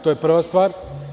To je prva stvar.